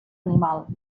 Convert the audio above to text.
animal